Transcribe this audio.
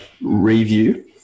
Review